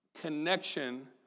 connection